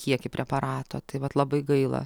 kiekį preparato tai vat labai gaila